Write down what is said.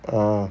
orh